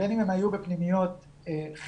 בין אם הם היו בפנימיות חינוכיות